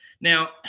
Now